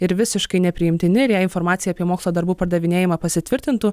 ir visiškai nepriimtini ir jei informacija apie mokslo darbų pardavinėjimą pasitvirtintų